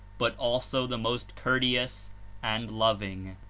but also the most courteous and loving.